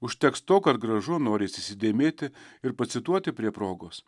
užteks to kad gražu norisi įsidėmėti ir pacituoti prie progos